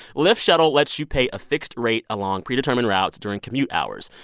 lyft shuttle lets you pay a fixed rate along pre-determined routes during commute hours.